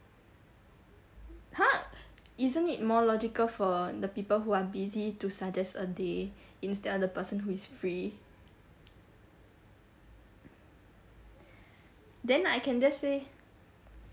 !huh! isn't it more logical for the people who are busy to suggest a day instead of the person who is free then I can just say